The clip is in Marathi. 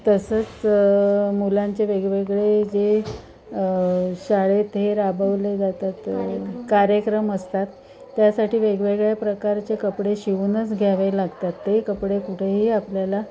तसंच मुलांचे वेगवेगळे जे शाळेत हे राबवले जातात कार्यक्रम असतात त्यासाठी वेगवेगळ्या प्रकारचे कपडे शिवूनच घ्यावे लागतात ते कपडे कुठेही आपल्याला